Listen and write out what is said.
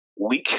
Week